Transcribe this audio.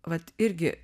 vat irgi